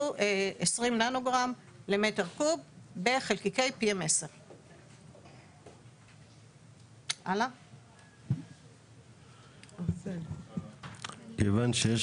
שהוא 20 ננו גרם למטר קוב בחלקיקי PM10. כיוון שיש